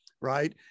right